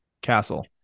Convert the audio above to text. castle